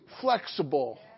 flexible